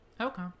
Okay